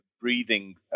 breathing